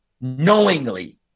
knowingly